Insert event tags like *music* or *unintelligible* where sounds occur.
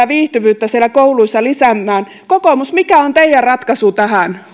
*unintelligible* viihtyvyyttä siellä kouluissa lisäämään kokoomus mikä on teidän ratkaisunne tähän